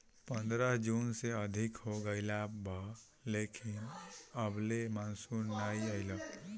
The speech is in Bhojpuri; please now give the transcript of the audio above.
पंद्रह जून से अधिका हो गईल बा लेकिन अबले मानसून नाइ आइल